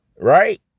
right